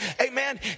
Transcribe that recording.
Amen